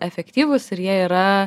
efektyvūs ir jie yra